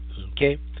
Okay